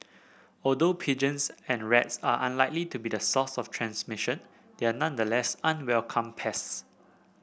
although pigeons and rats are unlikely to be the source of the transmission they are nonetheless unwelcome pests